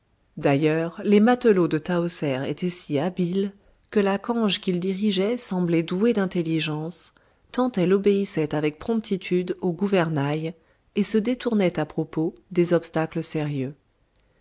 d'ailleurs les matelots de tahoser étaient si habiles que la cange qu'ils dirigeaient semblait douée d'intelligence tant elle obéissait avec promptitude au gouvernail et se détournait à propos des obstacles sérieux